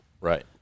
Right